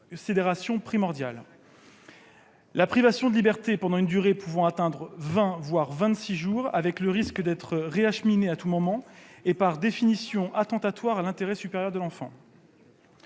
La privation de liberté pendant une durée pouvant atteindre vingt, voire vingt-six jours, avec le risque d'être réacheminé à tout moment, est par définition attentatoire à l'intérêt supérieur de l'enfant.